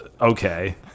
okay